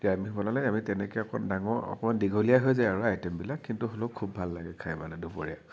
আমি বনালে আমি তেনেকৈ অকণ ডাঙৰ অকণমান দীঘলীয়া হৈ যায় আৰু আইটেমবিলাক কিন্তু হলেও খুব ভাল লাগে খাই মানে দুপৰীয়া